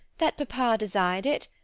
that papa desired it,